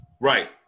Right